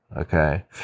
okay